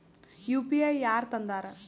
UPI ಯಾರ್ ತಂದಾರ?